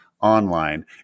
online